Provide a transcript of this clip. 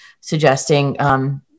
suggesting